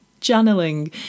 channeling